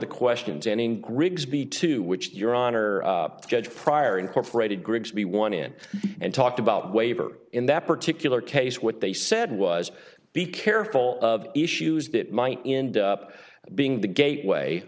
the questions ending grigsby to which your honor judge pryor incorporated grigsby one in and talked about waiver in that particular case what they said was be careful of issues that might end up being the gateway